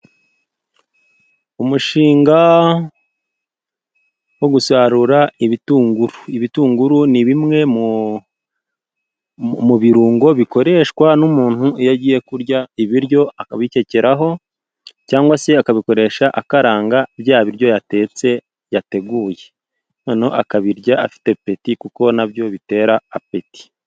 Umushinga wo gusarura ibitunguru, ibitunguru ni bimwe mu birungo bikoreshwa n'umuntu iyo agiye kurya ibiryo akabikekeraho cyangwa se akabikoresha akaranga bya biryo yatetse yateguye noneho akabirya afite apeti kuko nabyo bitera apeti.